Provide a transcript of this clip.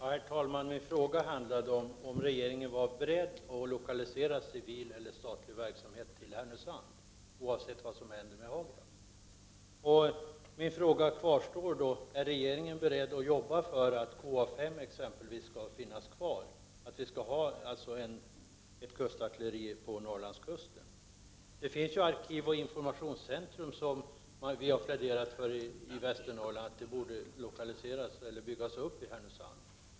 Herr talman! Min fråga var om regeringen är beredd att lokalisera civil eller statlig verksamhet till Härnösand — oavsett vad som händer med Hagraf. Därför kvarstår min fråga om regeringen är beredd att jobba för att exempelvis KA 5 skall få finnas kvar, dvs. för att vi skall ha kvar ett kustartilleri på Norrlandskusten. Vi har pläderat för att ett arkivoch informationscentrum borde byggas upp i Härnösand.